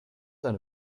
eine